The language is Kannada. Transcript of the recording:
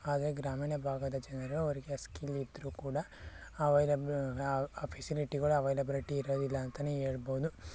ಆದರೆ ಗ್ರಾಮೀಣ ಭಾಗದ ಜನರು ಅವರಿಗೆ ಆ ಸ್ಕಿಲ್ ಇದ್ದರು ಕೂಡ ಅವೈಲಬ್ ಆ ಆ ಫೆಸಿಲಿಟಿಗಳು ಅವೈಲಬಿಲಿಟಿ ಇರೋದಿಲ್ಲ ಅಂತಾನೇ ಹೇಳ್ಬೋದು